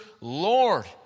Lord